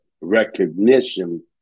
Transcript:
recognition